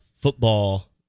football